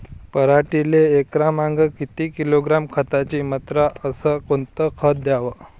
पराटीले एकरामागं किती किलोग्रॅम खताची मात्रा अस कोतं खात द्याव?